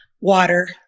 Water